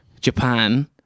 Japan